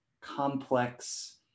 complex